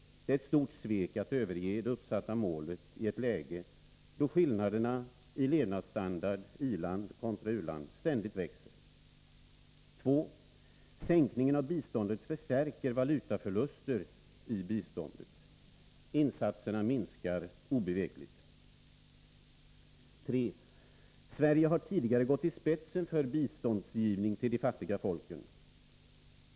Det är ett stort svek att överge det uppsatta målet i ett läge då skillnaderna i levnadsstandard i-land kontra u-land ständigt växer. 2. Sänkningen av biståndet förstärker valutaförluster i biståndet. Insatserna minskar obevekligt. 3. Sverige har tidigare gått i spetsen för biståndsgivning till de fattiga folken.